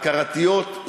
הכרתיות,